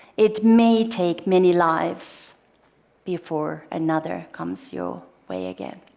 it may take many lives before another comes your way again.